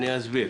אני אסביר.